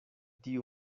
tiu